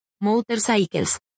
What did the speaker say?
motorcycles